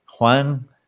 Juan